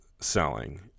selling